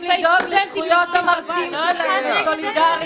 לדאוג לזכויות המרצים שלהם זו סולידריות.